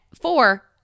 four